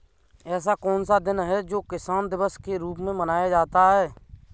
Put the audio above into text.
ऐसा कौन सा दिन है जो किसान दिवस के रूप में मनाया जाता है?